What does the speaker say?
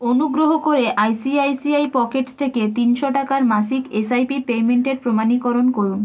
অনুগ্রহ করে I C I C I Pockets থেকে তিনশো টাকার মাসিক এস আই পি পেইমেন্টের প্রমাণীকরণ করুন